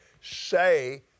say